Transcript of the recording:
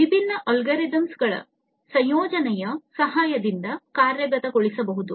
ವಿಭಿನ್ನ ಅಲ್ಗೊರಿದಮ್ಗಳ ಸಂಯೋಜನೆಯ ಸಹಾಯದಿಂದ ಕಾರ್ಯಗತಗೊಳಿಸಬಹುದು